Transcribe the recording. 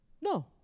No